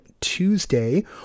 Tuesday